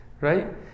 right